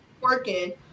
working